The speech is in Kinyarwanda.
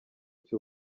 cy’u